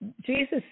Jesus